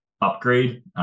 upgrade